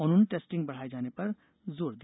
उन्होंने टेस्टिंग बढ़ाये जाने पर जोर दिया